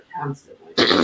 constantly